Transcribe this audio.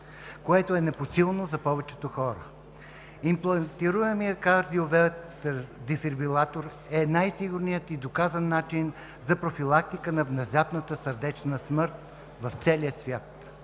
което е непосилно за повечето хора. Имплантируемият кардиовертер дефибрилатор е най сигурният и доказан начин за профилактика на внезапната сърдечна смърт в целия свят.